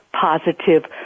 positive